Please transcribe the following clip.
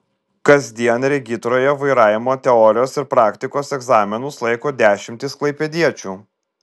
kasdien regitroje vairavimo teorijos ir praktikos egzaminus laiko dešimtys klaipėdiečių